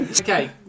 Okay